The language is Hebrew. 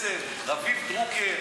רביב דרוקר,